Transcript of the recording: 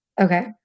Okay